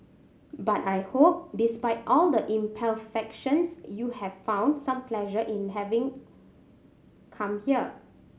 but I hope despite all the imperfections you have found some pleasure in having come here